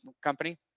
company